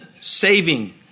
saving